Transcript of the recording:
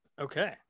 Okay